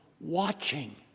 watching